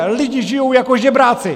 Lidi žijou jako žebráci!